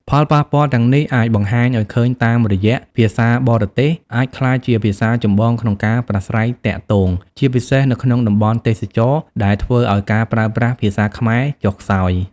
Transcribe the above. ផលប៉ះពាល់ទាំងនេះអាចបង្ហាញឲ្យឃើញតាមរយៈ ភាសាបរទេស អាចក្លាយជាភាសាចម្បងក្នុងការប្រាស្រ័យទាក់ទង ជាពិសេសនៅក្នុងតំបន់ទេសចរណ៍ ដែលធ្វើឲ្យការប្រើប្រាស់ភាសាខ្មែរចុះខ្សោយ។